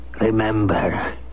Remember